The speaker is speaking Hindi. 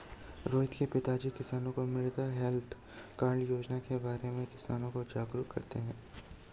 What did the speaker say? रोहित के पिताजी किसानों को मृदा हैल्थ कार्ड योजना के बारे में किसानों को जागरूक करते हैं